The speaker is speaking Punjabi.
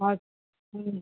ਅੱਛਾ